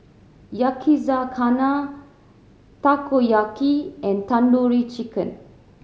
Yakizakana Takoyaki and Tandoori Chicken